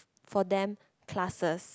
for them classes